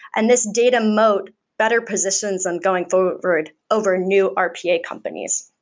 and this data moat better positions on going forward over new rpa companies.